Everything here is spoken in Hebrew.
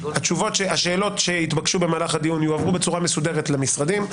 השאלות שיתבקשו במהלך הדיון יועברו בצורה מסודרת למשרדים.